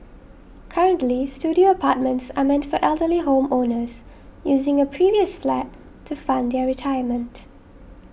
currently studio apartments are meant for elderly home owners using a previous flat to fund their retirement